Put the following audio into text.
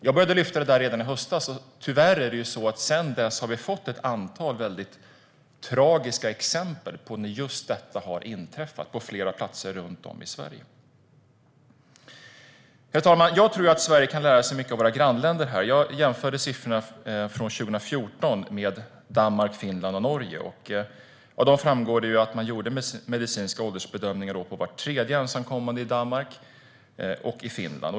Jag lyfte upp detta redan i höstas, och tyvärr har vi sedan dess fått ett antal väldigt tragiska exempel på att just detta har inträffat på flera platser runt om i Sverige. Herr talman! Jag tror att Sverige kan lära sig mycket av våra grannländer. Jag jämförde siffrorna från 2014 med Danmark, Finland och Norge, och då framgick det att man gjorde medicinska åldersbedömningar på var tredje ensamkommande i Danmark och i Finland.